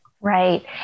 right